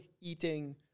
eating